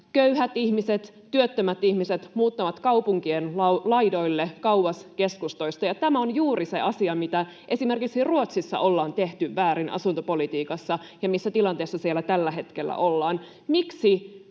köyhät ihmiset, työttömät ihmiset muuttavat kaupunkien laidoille, kauas keskustoista, ja tämä on juuri se asia, mikä esimerkiksi Ruotsissa ollaan tehty väärin asuntopolitiikassa ja missä tilanteessa siellä tällä hetkellä ollaan.